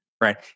Right